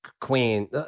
queen